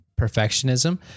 perfectionism